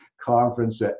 conference